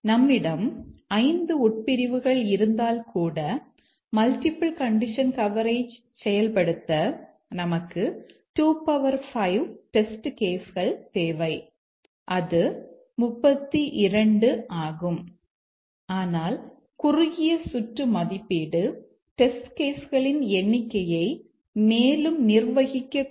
நம்மிடம் 5 உட்பிரிவுகள் இருந்தால் கூட மல்டிபிள் கண்டிஷன் கவரேஜ் செயல்படுத்த நமக்கு 25 டெஸ்ட் கேஸ் கள் தேவை அது 32 ஆகும்